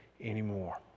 anymore